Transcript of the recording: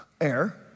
Air